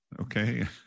okay